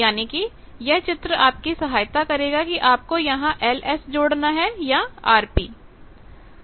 यानी कि यह चित्र आपकी सहायता करेगा कि आपको यहां Ls जोड़ना है या RP